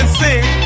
sing